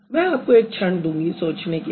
मैं आपको एक क्षण दूँगी सोचने के लिए